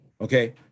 Okay